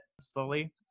slowly